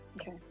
Okay